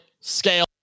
scale